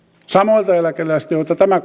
samoilta eläkeläisiltä joita tämä